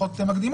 השקפתי,